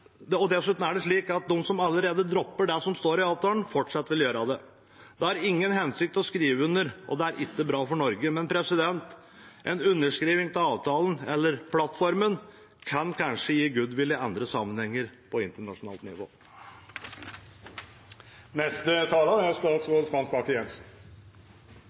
slik at de som allerede dropper det som står i avtalen, fortsatt vil gjøre det. Det har ingen hensikt å skrive under, og det er ikke bra for Norge. Men en underskriving av avtalen – eller plattformen – kan kanskje gi goodwill i andre sammenhenger, på internasjonalt nivå. Jeg skal bare kommentere noen av de forslagene som foreligger. Når det gjelder helikopter, er